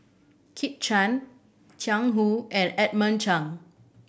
Kit Chan Jiang Hu and Edmund Cheng